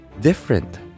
different